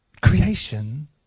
creation